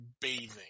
bathing